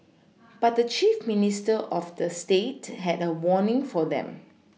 but the chief Minister of the state had a warning for them